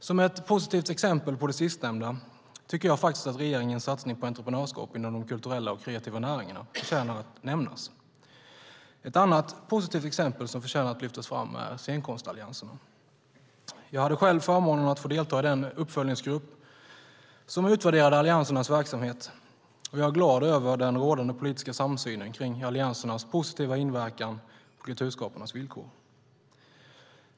Som ett positivt exempel på det sistnämnda tycker jag att regeringens satsning på entreprenörskap inom de kulturella och kreativa näringarna förtjänar att nämnas. Ett annat positivt exempel som förtjänar att lyftas fram är scenkonstallianserna. Jag hade själv förmånen att få delta i den uppföljningsgrupp som utvärderade alliansernas verksamhet, och jag är glad över den rådande politiska samsynen om alliansernas positiva inverkan på kulturskaparnas villkor.